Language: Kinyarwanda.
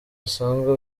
usanga